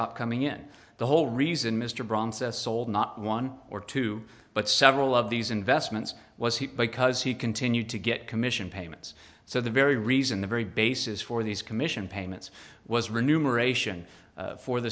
stopped coming in the whole reason mr brown says sold not one or two but several of these investments was he because he continued to get commission payments so the very reason and the very basis for these commission payments was